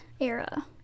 era